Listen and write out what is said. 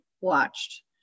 watched